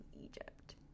Egypt